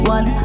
One